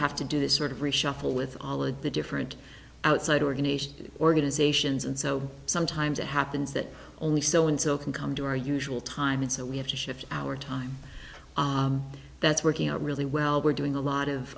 have to do this sort of reshuffle with all of the different outside organizations organizations and so sometimes it happens that only so and so can come to our usual time and so we have to shift our time that's working out really well doing a lot of